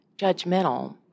judgmental